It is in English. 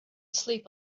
sleep